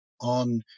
on